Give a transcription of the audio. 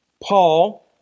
Paul